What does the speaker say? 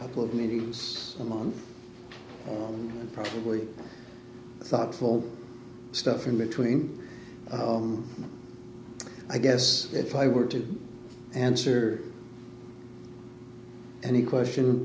couple of meetings among probably thoughtful stuff in between i guess if i were to answer any question